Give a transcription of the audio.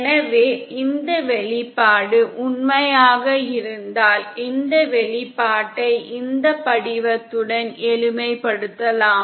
எனவே இந்த வெளிப்பாடு உண்மையாக இருந்தால் இந்த வெளிப்பாட்டை இந்த படிவத்துடன் எளிமைப்படுத்தலாம்